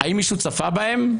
האם מישהו צפה בהם?